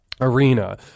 arena